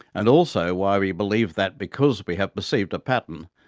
and also why we believe that, because we have perceived a pattern,